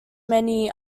many